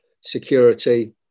security